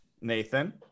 Nathan